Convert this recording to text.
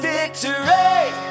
Victory